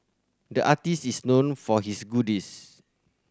the artist is known for his